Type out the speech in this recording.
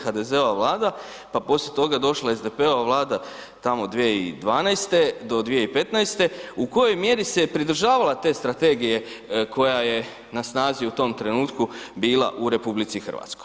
HDZ-ova Vlada pa poslije toga došla SDP-ova Vlada tamo 2012. do 2015., u kojoj mjeri se pridržavala te strategije koja je na snazi u tom trenutku bila u RH.